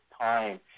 time